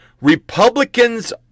Republicans